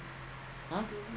account so the